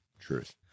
Truth